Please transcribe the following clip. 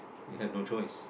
you have no choice